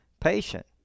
patient